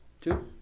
two